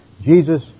Jesus